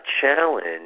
Challenge